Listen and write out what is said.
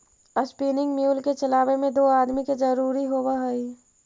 spinning mule के चलावे में दो आदमी के जरुरी होवऽ हई